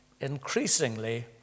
Increasingly